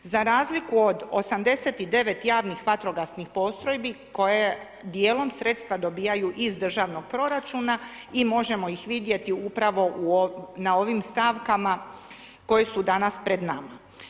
Za razliku od 89 javnih vatrogasnih postrojbi koje dijelom sredstva dobijaju iz državnog proračuna i možemo ih vidjeti upravo u na ovim stavkama koje su danas pred nama.